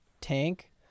tank